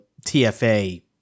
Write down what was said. TFA